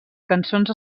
cançons